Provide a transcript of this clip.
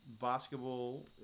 Basketball